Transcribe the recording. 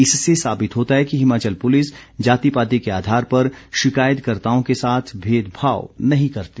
इससे साबित होता है कि हिमाचल पुलिस जाति पाति के आधार पर शिकायतकर्ताओं के साथ भेदभाव नहीं करती